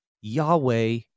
Yahweh